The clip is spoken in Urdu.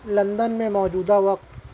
لندن میں موجودہ وقت